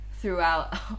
throughout